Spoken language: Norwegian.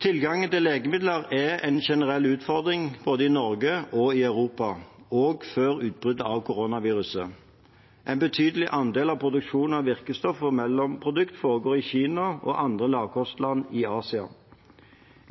til legemidler er generelt en utfordring i Norge og Europa, og var det også før utbruddet av koronaviruset. En betydelig andel av produksjonen av virkestoffer og mellomprodukter foregår i Kina og andre lavkostland i Asia.